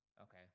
Okay